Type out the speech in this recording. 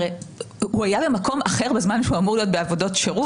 הרי הוא היה במקום אחר בזמן שהוא אמור להיות בעבודות שירות.